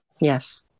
Yes